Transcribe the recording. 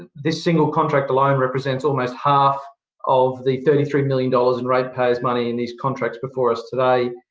this single contract alone represents almost half of the thirty three million dollars in ratepayers' money in these contracts before us today.